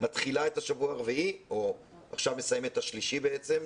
מתחילה את השבוע הרביעי או עכשיו מסיימת את השלישי בעצם,